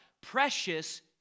Precious